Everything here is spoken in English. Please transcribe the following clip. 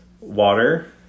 water